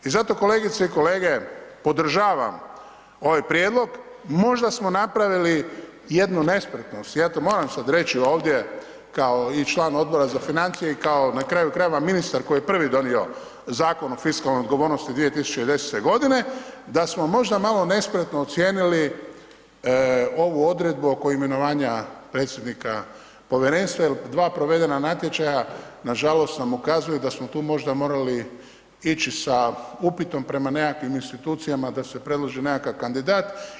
I zato kolegice i kolege podržavam ovaj prijedlog, možda smo napravili jednu nespretnost, ja to moram sada reći ovdje kao i član Odbora za financija i kao na kraju krajeva ministar koji je prvi donio Zakon o fiskalnoj odgovornosti 2010. godine da smo možda malo nespretno ocijenili ovu odredbu oko imenovanja predsjednika povjerenstva jer dva provedena natječaja nažalost nam ukazuju da smo tu možda morali ići sa upitom prema nekakvim institucijama da se predloži nekakav kandidat.